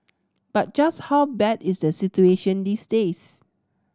but just how bad is the situation these days